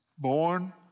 born